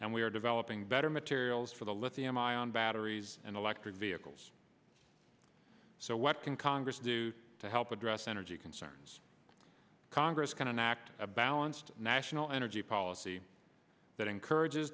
and we are developing better materials for the lithium ion batteries and electric vehicles so what can congress do to help address energy concerns congress can act a balanced national energy policy that encourages